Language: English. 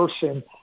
person